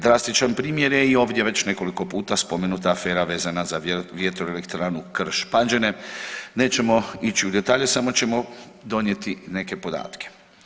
Drastičan primjer je i ovdje već nekoliko puta spomenuta afera vezana za vjetroelektranu Krš Pađene, nećemo ići u detalje samo ćemo donijeti neke podatke.